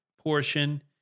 portion